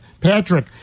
Patrick